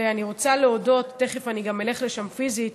ואני רוצה להודות, ותכף גם אלך לשם פיזית,